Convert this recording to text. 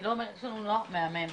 יש לנו נוער מהמם,